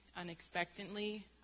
unexpectedly